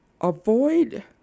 Avoid